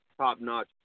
top-notch